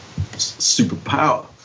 superpower